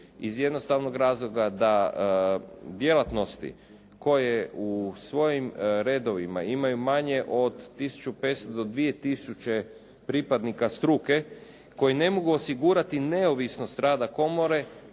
iz jednostavnog razloga da djelatnosti koje u svojim redovima imaju manje od 1500 do 2000 pripadnika struke, koji ne mogu osigurati neovisnost rada komore